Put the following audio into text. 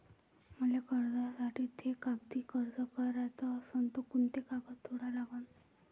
मले कर्जासाठी थे कागदी अर्ज कराचा असन तर कुंते कागद जोडा लागन?